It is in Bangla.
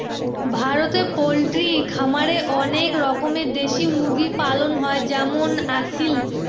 ভারতে পোল্ট্রি খামারে অনেক রকমের দেশি মুরগি পালন হয় যেমন আসিল